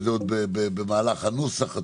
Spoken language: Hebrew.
שוב, אין פה פתרון קסם.